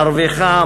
מרוויחה,